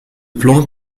plan